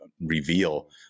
reveal